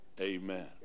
Amen